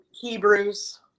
Hebrews